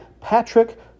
Patrick